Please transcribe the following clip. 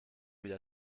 mal